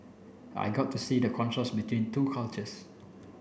I got to see the contrast between two cultures